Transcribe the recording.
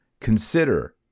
consider